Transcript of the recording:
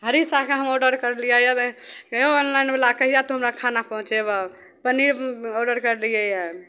हरी साहके हम ऑडर करलिए हेऔ ऑनलाइनवला कहिआ तोँ हमरा खाना पहुँचेबहक पनीर ऑडर करलिए यऽ